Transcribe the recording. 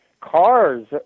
cars